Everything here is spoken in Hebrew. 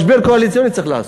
משבר קואליציוני צריך לעשות.